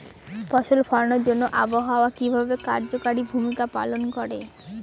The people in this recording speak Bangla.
ফসল ফলানোর জন্য আবহাওয়া কিভাবে কার্যকরী ভূমিকা পালন করে?